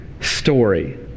story